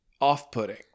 off-putting